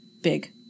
big